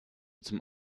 zum